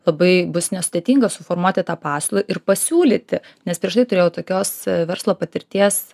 labai bus nesudėtinga suformuoti tą pasiūlą ir pasiūlyti nes prieš tai turėjau tokios verslo patirties